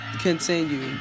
continue